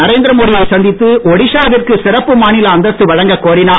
நரேந்திர மோடி யை சந்தித்து ஒடிஷா விற்கு சிறப்பு மாநில அந்தஸ்து வழங்கக் கோரினார்